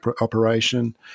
operation